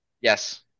Yes